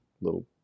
little